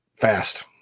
fast